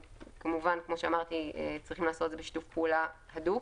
וכמובן כפי שאמרתי אנחנו צריכים לעשות את זה בשיתוף פעולה הדוק